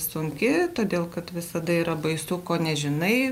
sunki todėl kad visada yra baisu ko nežinai